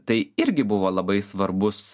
tai irgi buvo labai svarbus